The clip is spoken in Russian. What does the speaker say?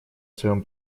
своем